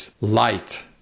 light